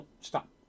stop